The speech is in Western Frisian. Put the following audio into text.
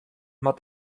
moat